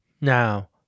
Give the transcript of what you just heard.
Now